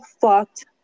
Fucked